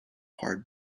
hard